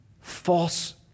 false